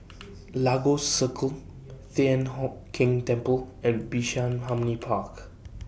Lagos Circle Thian Hock Keng Temple and Bishan Harmony Park